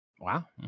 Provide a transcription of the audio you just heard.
Wow